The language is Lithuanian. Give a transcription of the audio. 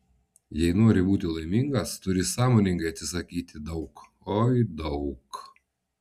jei nori būti laimingas turi sąmoningai atsisakyti daug oi daug